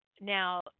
Now